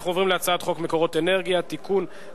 אנחנו עוברים להצעת חוק מקורות אנרגיה (תיקון),